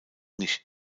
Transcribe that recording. nicht